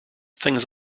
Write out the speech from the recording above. things